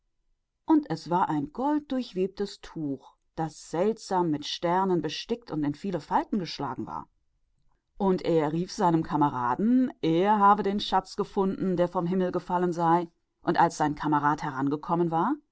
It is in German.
und es war ein tuch aus goldenem gewebe seltsam mit sternen besetzt und in viele falten geschlungen und er rief seinem gefährten zu er habe den schatz gefunden der vom himmel gefallen sei und als sein gefährte gekommen war